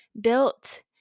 built